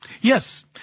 Yes